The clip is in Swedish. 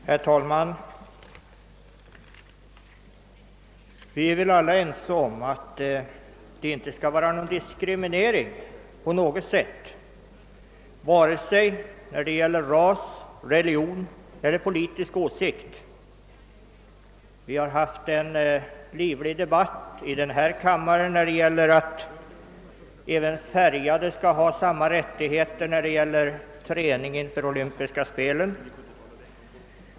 Herr talman! Vi är väl alla ense om att vi inte skall ha någon diskriminering när det gäller ras, religion eller politisk åsikt. Vi har också här i kammaren haft en livlig debatt om att färgade skall ha samma rättigheter som vita att träna och tävla för olympiska spel.